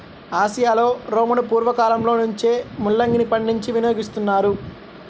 ఆసియాలో రోమను పూర్వ కాలంలో నుంచే ముల్లంగిని పండించి వినియోగిస్తున్నారు